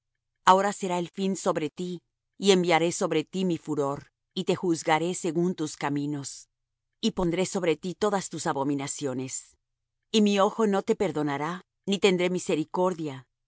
ahora será el fin sobre ti y enviaré sobre ti mi furor y te juzgaré según tus caminos y pondré sobre ti todas tus abominaciones y mi ojo no te perdonará ni tendré misericordia